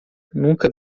nunca